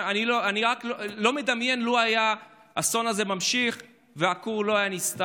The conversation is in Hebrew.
אני לא מדמיין מה היה קורה לו היה האסון הזה נמשך והכור לא היה נסתם.